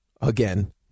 Again